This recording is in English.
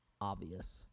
obvious